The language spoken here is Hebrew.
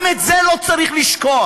גם את זה לא צריך לשכוח.